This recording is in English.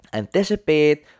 anticipate